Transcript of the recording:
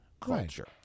culture